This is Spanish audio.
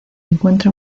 encuentra